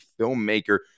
Filmmaker